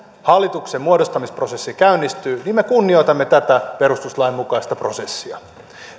hallituksen muodostamisprosessi käynnistyy niin me kunnioitamme tätä perustuslain mukaista prosessia